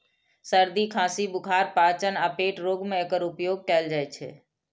सर्दी, खांसी, बुखार, पाचन आ पेट रोग मे एकर उपयोग कैल जाइ छै